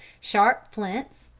sharp flints,